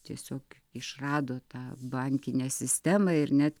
tiesiog išrado tą bankinę sistemą ir net